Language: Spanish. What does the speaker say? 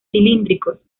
cilíndricos